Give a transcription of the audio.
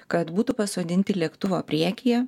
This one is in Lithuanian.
kad būtų pasodinti lėktuvo priekyje